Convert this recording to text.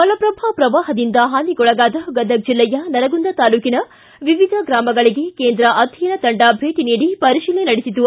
ಮಲಪ್ರಭಾ ಪ್ರವಾಹದಿಂದ ಹಾನಿಗೊಳಗಾದ ಗದಗ್ ಜಿಲ್ಲೆಯ ನರಗುಂದ ತಾಲೂಕಿನ ವಿವಿಧ ಗ್ರಾಮಗಳಗೆ ಕೇಂದ್ರ ಅಧ್ಯಯನ ತಂಡ ಭೇಟ ನೀಡಿ ಪರಿಶೀಲನೆ ನಡೆಸಿತು